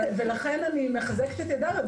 ולכן אני מחזקת את ידיו.